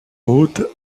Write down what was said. hautes